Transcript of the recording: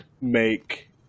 make